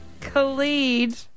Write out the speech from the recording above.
Khalid